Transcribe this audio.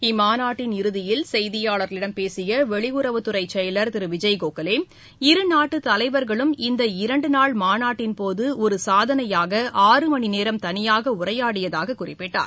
இம்மாநாட்டின் இறதியில் செய்தியாளர்களிடம் பேசியவெளியுறவுத் துறைசெயலர் திருவிஜய் கோகலே இருநாட்டுத் தலைவர்களும் இந்த இரண்டுநாள் மாநாட்டின் போதுஒருசாதனையாக ஆறு மணிநேரம் தனியாகஉரையாடியதாகக் குறிப்பிட்டார்